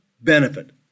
benefit